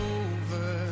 over